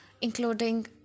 including